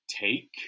take